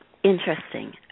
Interesting